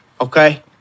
okay